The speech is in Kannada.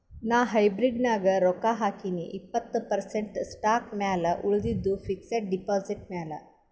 ನಾ ಹೈಬ್ರಿಡ್ ನಾಗ್ ರೊಕ್ಕಾ ಹಾಕಿನೀ ಇಪ್ಪತ್ತ್ ಪರ್ಸೆಂಟ್ ಸ್ಟಾಕ್ ಮ್ಯಾಲ ಉಳಿದಿದ್ದು ಫಿಕ್ಸಡ್ ಡೆಪಾಸಿಟ್ ಮ್ಯಾಲ